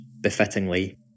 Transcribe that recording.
befittingly